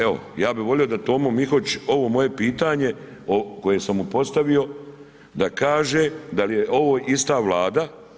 Evo ja bih volio da Tomo Mihotić, ovo moje pitanje koje sam mu postavio da kaže da li je ovo ista Vlada.